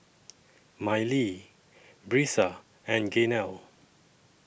Mylee Brisa and Gaynell